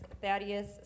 Thaddeus